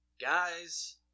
Guys